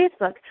Facebook